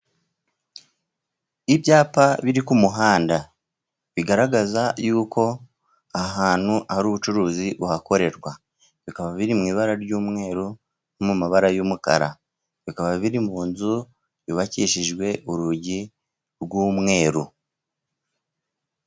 Ibyapa biri ku muhanda bigaragaza yuko ahantu hari ubucuruzi buhakorerwa, bikaba biri mu ibara ry'umweru no mu mabara y'umukara, bikaba biri mu nzu yubakishijwe urugi rw'umweru.